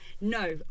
No